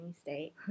state